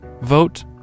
Vote